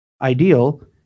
ideal